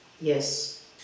yes